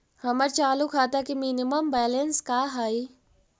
हमर चालू खाता के मिनिमम बैलेंस का हई?